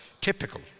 typical